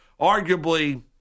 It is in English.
arguably